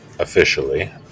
Officially